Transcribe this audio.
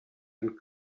and